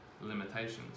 limitations